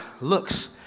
looks